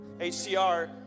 HCR